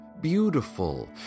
beautiful